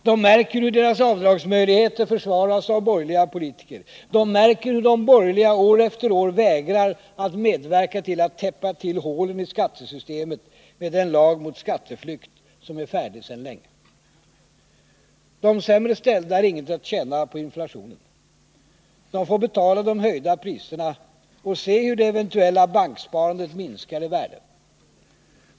De märker hur deras avdragsmöjligheter försvaras av borgerliga politiker. De märker hur de borgerliga år efter år vägrar att medverka till att täppa till hålen i skattesystemet med den lag mot skatteflykt som är färdig sedan länge. De sämre ställda har inget att tjäna på inflationen. De får betala de höjda priserna och se hur det eventuella banksparandet minskar i värde.